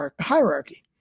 hierarchy